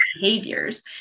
behaviors